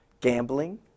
gambling